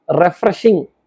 refreshing